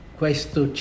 questo